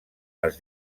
les